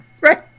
Right